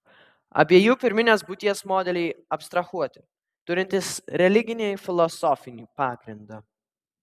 abiejų pirminės būties modeliai abstrahuoti turintys religinį filosofinį pagrindą